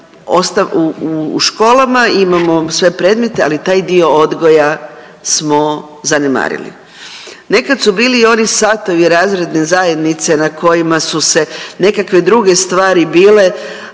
u školama imamo sve predmete, ali taj dio odgoja smo zanemarili. Nekad su bili i oni satovi razredne zajednice na kojima su se nekakve druge stvari bile